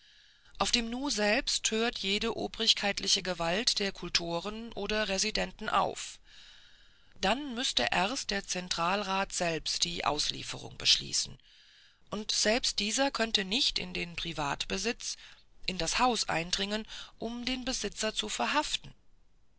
auf dem nu selbst hört jede obrigkeitliche gewalt der kultoren oder residenten auf dann müßte erst der zentralrat selbst die auslieferung beschließen und selbst dieser könnte nicht in den privatbesitz in das haus eindringen um den besitzer zu verhaften